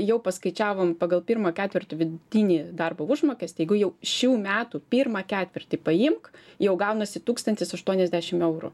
jau paskaičiavom pagal pirmą ketvirtį vidutinį darbo užmokestį jeigu jau šių metų pirmą ketvirtį paimk jau gaunasi tūkstantis aštuoniasdešim eurų